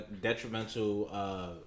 detrimental